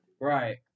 Right